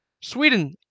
Sweden